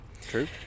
True